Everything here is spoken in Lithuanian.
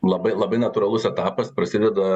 labai labai natūralus etapas prasideda